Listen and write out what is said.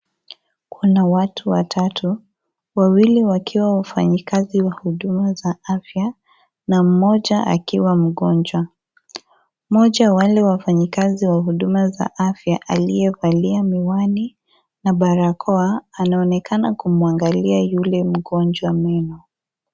Kuna watu watatu, wawili wakiwa wafanyakazi wa huduma za afya, na mmoja akiwa mgonjwa. Mmoja wa wale wafanyakazi wa huduma za afya aliyevalia miwani na barakoa, anaonekana kumwangalia yule mgonjwa meno.